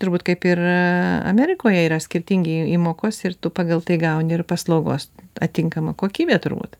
turbūt kaip ir amerikoje yra skirtingi įmokos ir tu pagal tai gauni ir paslaugos atitinkamą kokybę turbūt